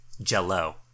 jello